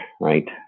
right